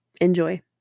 Enjoy